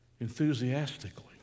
enthusiastically